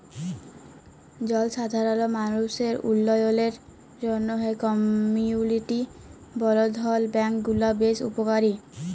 জলসাধারল মালুসের উল্ল্যয়লের জ্যনহে কমিউলিটি বলধ্ল ব্যাংক গুলা বেশ উপকারী